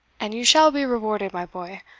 and you shall be rewarded, my boy.